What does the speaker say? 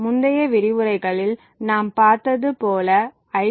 முந்தைய விரிவுரைகளில் நாம் பார்த்தது போல ஐ